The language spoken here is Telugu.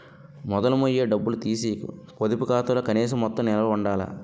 మొదలు మొయ్య డబ్బులు తీసీకు పొదుపు ఖాతాలో కనీస మొత్తం నిలవ ఉండాల